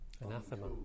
anathema